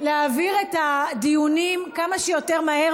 רוצים להעביר את הדיונים כמה שיותר מהר,